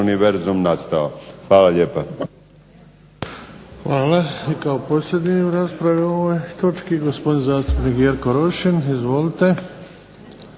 Hvala lijepa.